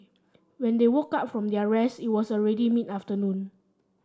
when they woke up from their rest it was already mid afternoon